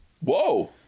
whoa